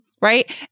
right